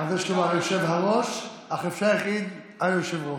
אפשר גם וגם.